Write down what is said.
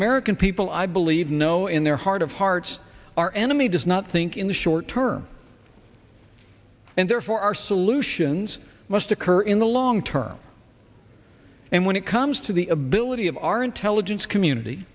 american people i believe know in their heart of hearts our enemy does not think in the short term and therefore our solutions must occur in the long term and when it comes to the ability of our intelligence community